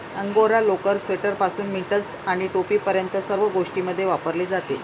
angora लोकर, स्वेटरपासून mittens आणि टोपीपर्यंत सर्व गोष्टींमध्ये वापरली जाते